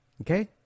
Okay